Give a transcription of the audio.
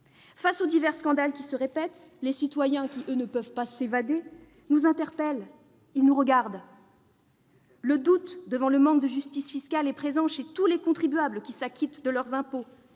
Face aux divers scandales, qui se répètent, les citoyens, qui, eux, ne peuvent pas « s'évader », nous interpellent et nous regardent. Le doute devant le manque de justice fiscale est présent chez tous les contribuables qui s'acquittent de leurs impôts